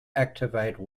activate